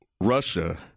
Russia